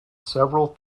several